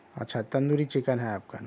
اچھا تندوری چِکن ہے آپ کا نا